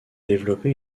développé